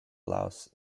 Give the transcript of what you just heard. blouse